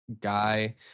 guy